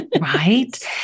Right